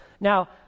Now